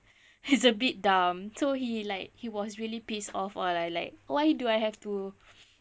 it's a bit dumb so he like he was really pissed off lah like why do I have to